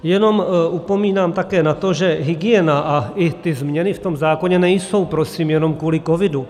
Jenom upomínám také na to, že hygiena a i ty změny v tom zákoně nejsou prosím jenom kvůli covidu.